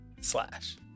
slash